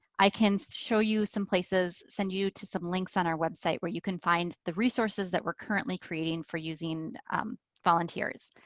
i can show you some places, send you to some links on our website where you can find the resources that we're currently creating for using volunteers.